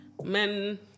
Men